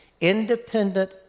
independent